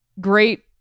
great